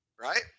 right